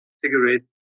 cigarettes